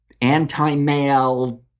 anti-male